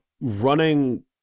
running